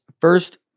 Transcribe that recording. first